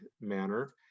manner